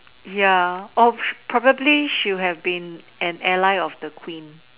ya oh probably she would have been an Ally of the queen